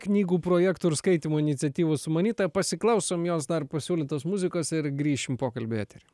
knygų projektų ir skaitymo iniciatyvų sumanyta pasiklausom jos dar pasiūlytos muzikos ir grįšim pokalbį eterį